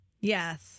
Yes